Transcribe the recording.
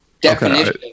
definition